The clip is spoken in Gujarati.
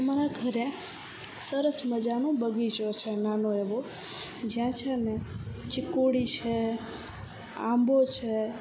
અમારા ઘરે સરસ મજાનો બગીચો છે નાનો એવો જ્યાં છે ને ચીકુડી છે આંબો છે